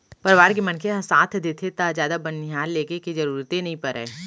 परवार के मनखे ह साथ देथे त जादा बनिहार लेगे के जरूरते नइ परय